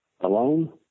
Alone